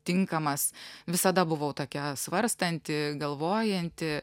tinkamas visada buvau tokia svarstanti galvojanti